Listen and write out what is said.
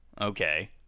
okay